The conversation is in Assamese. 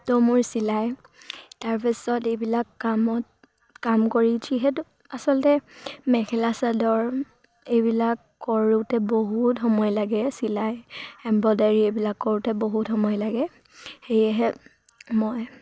ত' মোৰ চিলাই তাৰপিছত এইবিলাক কামত কাম কৰি যিহেতু আচলতে মেখেলা চাদৰ এইবিলাক কৰোঁতে বহুত সময় লাগে চিলাই এম্ব্ৰইডাৰী এইবিলাক কৰোঁতে বহুত সময় লাগে সেয়েহে মই